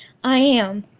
i am!